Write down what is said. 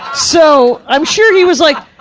so i'm sure he was like,